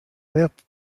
left